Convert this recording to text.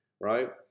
right